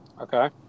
Okay